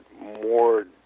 more